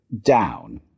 down